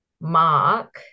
mark